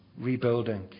Rebuilding